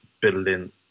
building